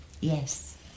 Yes